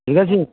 ঠিক আছে